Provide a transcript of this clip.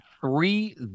three